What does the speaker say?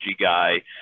guy